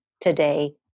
today